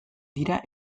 dira